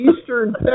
Eastern